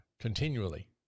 continually